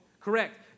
correct